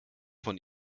von